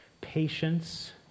patience